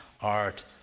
art